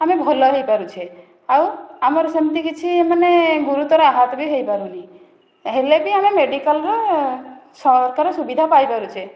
ଆମେ ଭଲ ହୋଇପାରୁଛେ ଆଉ ଆମର ସେମିତି କିଛି ମାନେ ଗୁରୁତ୍ୱର ଆହାତ ବି ହୋଇପାରୁନି ହେଲେ ବି ଆମେ ମେଡ଼ିକାଲରେ ସହାୟତାର ସୁବିଧା ପାଇପାରୁଛେ